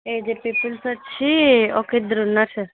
aged peoples వచ్చి ఒక ఇద్దరు ఉన్నారు సార్